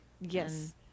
Yes